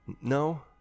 no